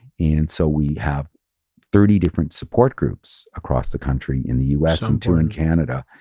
and so we have thirty different support groups across the country in the us and two in canada.